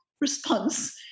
response